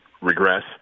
regress